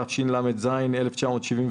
התשל"ז-1977,